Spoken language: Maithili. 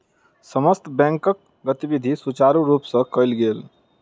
समस्त बैंकक गतिविधि सुचारु रूप सँ कयल गेल